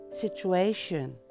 situation